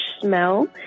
smell